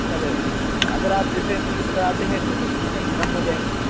سر اگر آپ جیسے تیس کراتے ہیں تو پھر کچھ پیسے کم ہو جائیں گے